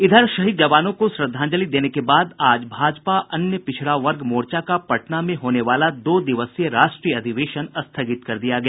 इधर शहीद जवानों को श्रद्वांजलि देने के बाद आज भाजपा अन्य पिछड़ा वर्ग मोर्चा का पटना में होने वाला दो दिवसीय राष्ट्रीय अधिवेशन स्थगित कर दिया गया